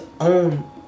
own